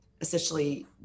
essentially